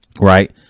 right